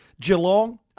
Geelong